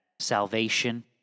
salvation